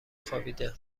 خوابیده